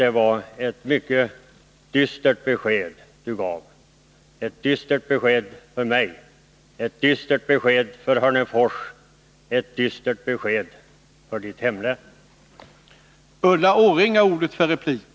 —Det var ett mycket dystert besked som hon gav — för mig, för Hörnefors och för hennes hemlän.